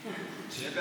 שיהיה בהצלחה.